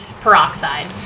peroxide